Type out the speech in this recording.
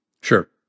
Sure